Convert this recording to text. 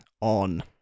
on